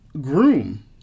groom